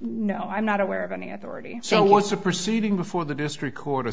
no i'm not aware of any authority so what's a proceeding before the district